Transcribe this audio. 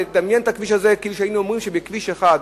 וצריך לדמיין את הכביש הזה כאילו היינו אומרים שכביש 1,